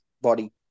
body